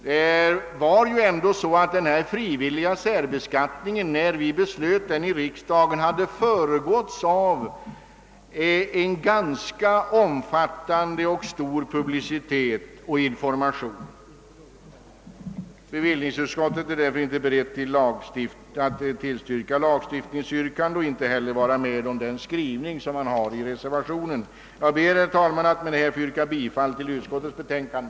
När riksdagen fattade beslut om den frivilliga särbeskattningen hade detta föregåtts av en ganska omfattande publicitet och information. Bevillningsutskottet är därför inte berett att tillstyrka en lagstiftningsändring och vill inte heller gå med på reservationens skrivning. Jag ber, herr talman, att med det sagda få yrka bifall till utskottets betänkande.